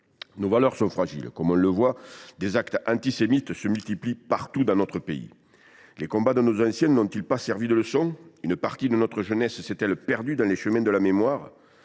nos valeurs. On le voit, les actes antisémites se multiplient dans notre pays. Les combats de nos anciens n’ont ils pas servi de leçon ? Une partie de notre jeunesse s’est elle perdue dans les chemins de la mémoire ?